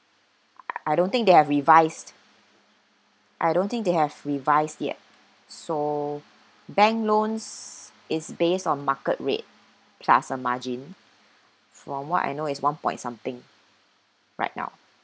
I don't think they have revised I don't think they have revised yet so bank loans is based on market rate plus a margin from what I know is one point something right now